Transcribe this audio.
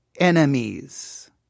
enemies